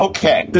Okay